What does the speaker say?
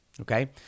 Okay